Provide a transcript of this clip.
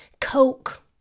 Coke